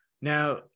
Now